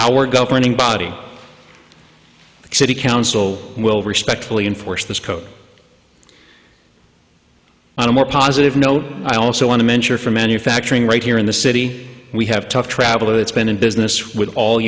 our governing body the city council will respectfully enforce this code on a more positive note i also want to mention for manufacturing right here in the city we have tough travel it's been in business with all